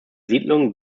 siedlung